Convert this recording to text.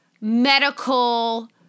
medical